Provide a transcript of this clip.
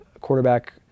quarterback